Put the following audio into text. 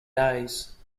days